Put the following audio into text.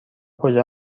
کجا